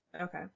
Okay